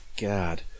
God